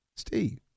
Steve